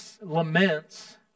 laments